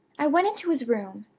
i went into his room.